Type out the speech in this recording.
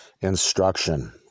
instruction